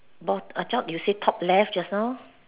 but I thought you said top left just now